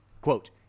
quote